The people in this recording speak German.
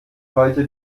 heute